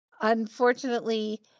Unfortunately